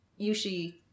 Yushi